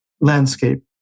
landscape